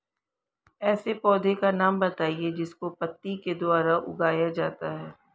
ऐसे पौधे का नाम बताइए जिसको पत्ती के द्वारा उगाया जाता है